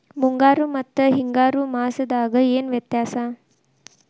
ಮುಂಗಾರು ಮತ್ತ ಹಿಂಗಾರು ಮಾಸದಾಗ ಏನ್ ವ್ಯತ್ಯಾಸ?